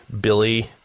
Billy